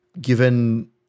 given